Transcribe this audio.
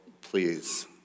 please